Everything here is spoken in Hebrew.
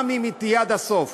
גם אם היא תהיה עד הסוף,